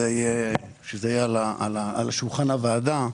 שיהיה על שולחן הוועדה.